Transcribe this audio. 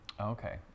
Okay